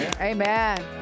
Amen